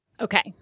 Okay